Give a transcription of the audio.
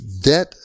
Debt